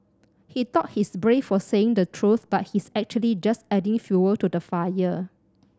he thought he's brave for saying the truth but he's actually just adding fuel to the fire